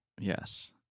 Yes